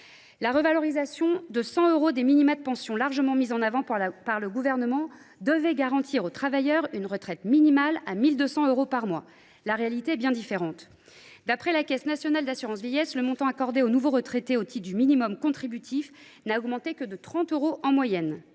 La revalorisation de 100 euros des minima de pension, mise en avant avec insistance par le Gouvernement, devait garantir aux travailleurs une retraite minimale de 1 200 euros par mois. La réalité est malheureusement bien différente. D’après la Caisse nationale d’assurance vieillesse, le montant accordé aux nouveaux retraités au titre du minimum contributif n’a augmenté que de 30 euros en moyenne